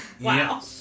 Wow